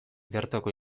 bertoko